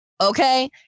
Okay